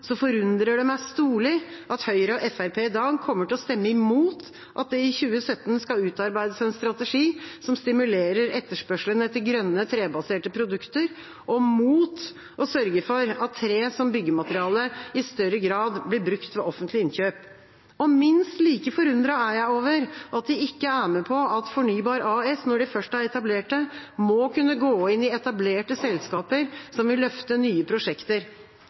forundrer det meg storlig at Høyre og Fremskrittspartiet i dag kommer til å stemme mot at det i 2017 skal utarbeides en strategi som stimulerer etterspørselen etter grønne, trebaserte produkter, og mot å sørge for at tre som byggemateriale i større grad blir brukt ved offentlige innkjøp. Minst like forundret er jeg over at de ikke er med på at Fornybar AS, når de først har etablert det, må kunne gå inn i etablerte selskaper som vil løfte nye prosjekter.